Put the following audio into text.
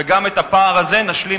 וגם את הפער הזה נשלים,